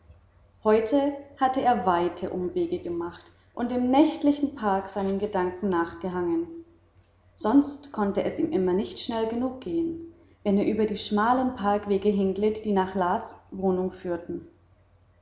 heute hatte er weite umwege gemacht und im nächtlichen park seinen gedanken nachgehangen sonst konnte es ihm immer nicht schnell genug gehen wenn er über die schmalen parkwege hinglitt die nach las wohnung führten